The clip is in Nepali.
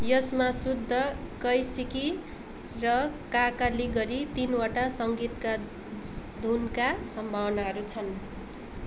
यसमा शुद्ध कैसिकी र काकाली गरी तिनवटा सङ्गीतका धुनका सम्भावनाहरू छन्